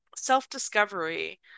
self-discovery